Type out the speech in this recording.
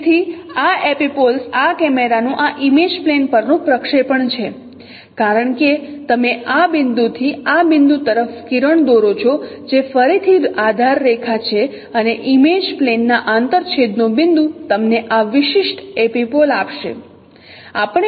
તેથી આ એપિપોલ આ કેમેરાનું આ ઇમેજ પ્લેન પરનું પ્રક્ષેપણ છે કારણ કે તમે આ બિંદુથી આ બિંદુ તરફ કિરણ દોરો છો જે ફરીથી આધારરેખા છે અને ઇમેજ પ્લેનના આંતરછેદનો બિંદુ તમને આ વિશિષ્ટ એપિપોલ આપશે